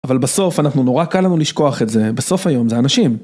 אבל בסוף אנחנו נורא קל לנו לשכוח את זה, בסוף היום זה אנשים.